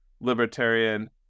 libertarian